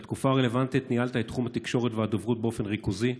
בתקופה הרלוונטית ניהלת את תחום התקשורת והדוברות באופן ריכוזי,